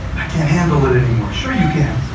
i can't handle it anymore. sure you can